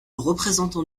représentant